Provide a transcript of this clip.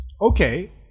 okay